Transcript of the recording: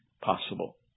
possible